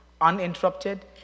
Uninterrupted